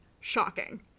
Shocking